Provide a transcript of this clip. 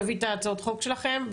נביא את ההצעות חוק שלכם.